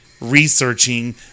researching